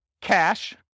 cash